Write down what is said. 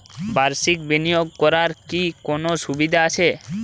বাষির্ক বিনিয়োগ করার কি কোনো সুবিধা আছে?